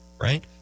right